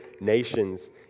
nations